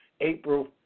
April